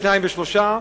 שניים ושלושה.